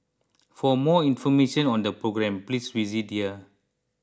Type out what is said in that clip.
for more information on the programme please visit here